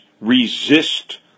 resist